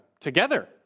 together